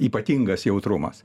ypatingas jautrumas